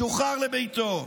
שוחרר לביתו.